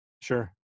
Sure